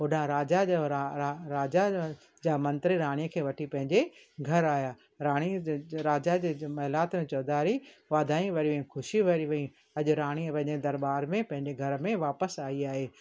होॾां राजा जो राजा जा मंत्री राणीअ खे वठी पंहिंजे घर आया राणी राजा जे महिलात चौधारी वाधायूं भरी वई ख़ुशी भरी वई अॼु राणी पंहिंजे दरबार में पंहिंजे घर में वापसि आई आहे